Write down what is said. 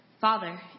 Father